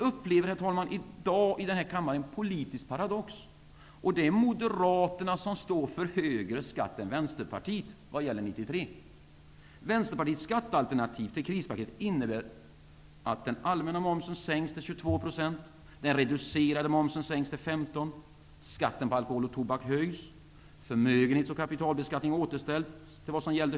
Herr talman! I dag upplever vi här i kammaren en politisk paradox: Moderaterna står för högre skatter än vad Vänsterpartiet gör vad gäller 1993.